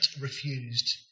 refused